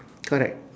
correct